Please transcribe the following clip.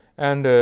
and